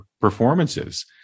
performances